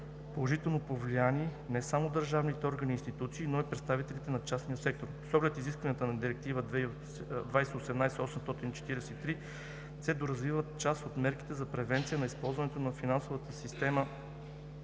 положително повлияни не само държавните органи и институции, но и представителите на частния сектор. С оглед изискванията на Директива (ЕС) 2018/843 се доразвиват част от мерките за превенция на използването на финансовата система